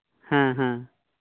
ᱦᱮᱸ ᱦᱮᱸ